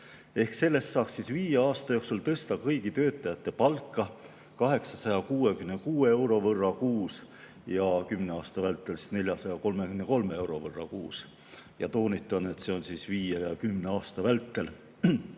Sellest saaks viie aasta jooksul tõsta kõigi töötajate palka 866 euro võrra kuus ja kümne aasta vältel 433 euro võrra kuus. Toonitan, et see on viie ja kümne aasta vältel.